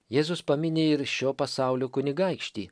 jėzus pamini ir šio pasaulio kunigaikštį